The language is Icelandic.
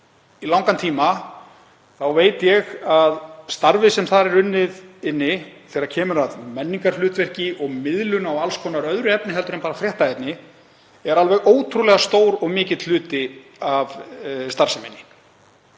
í langan tíma þá veit ég að starfið sem þar er unnið þegar kemur að menningarhlutverki og miðlun á alls konar öðru efni en bara fréttaefni, er alveg ótrúlega stór og mikill hluti af starfseminni.